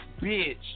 bitch